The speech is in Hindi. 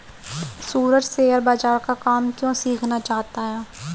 सूरज शेयर बाजार का काम क्यों सीखना चाहता है?